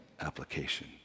application